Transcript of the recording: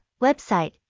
website